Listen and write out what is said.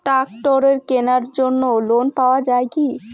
ট্রাক্টরের কেনার জন্য লোন পাওয়া যায় কি?